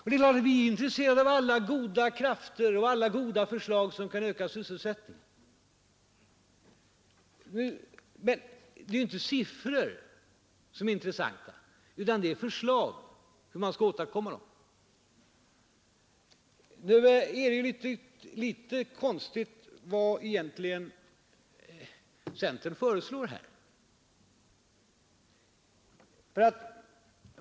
Vi är intresserade av alla goda förslag som syftar till att öka sysselsättningen nu. Men det är ju inte siffror som är det intressanta, utan det är förslag om hur man skall åstadkomma något konkret. Det är litet ovisst vad centern egentligen föreslår.